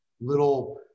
little